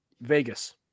vegas